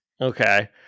Okay